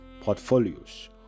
portfolios